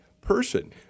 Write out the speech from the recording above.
person